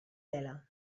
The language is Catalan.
vela